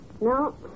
No